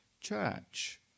church